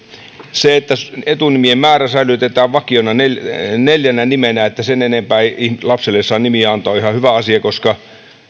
se että etunimien määrä säilytetään vakiona neljänä nimenä että sen enempää ei lapselle saa nimiä antaa on ihan hyvä asia koska